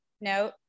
no